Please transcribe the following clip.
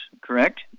correct